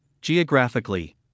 geographically